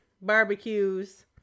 Barbecues